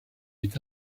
est